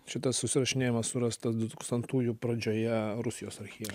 šitas susirašinėjimas surastas dutūkstantųjų pradžioje rusijos archyve